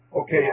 Okay